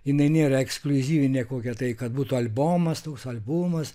jinai nėra ekskliuzyvinė kokia tai kad būtų albomas toks albumas